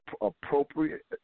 appropriate